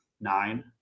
nine